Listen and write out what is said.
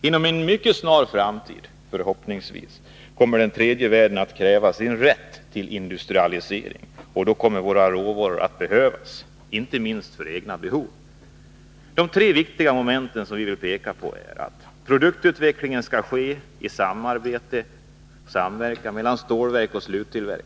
Inom en mycket snar framtid — förhoppningsvis — kommer den tredje världen att kräva sin rätt till industrialisering, och då kommer våra råvaror att behövas, inte minst för våra egna behov. Det första av de tre viktiga moment som vi vill peka på är att produktutvecklingen skall ske i samarbete med och samverkan mellan stålverk och sluttillverkare.